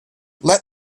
let